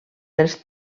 dels